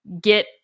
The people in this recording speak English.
get